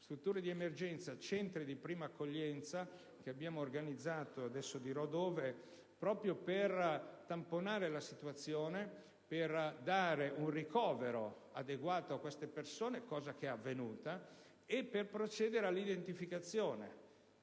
Strutture di emergenza, centri di prima accoglienza che abbiamo organizzato in alcune località - e poi dirò dove - proprio per tamponare la situazione e dare un ricovero adeguato a queste persone, cosa che è avvenuta, e per procedere all'identificazione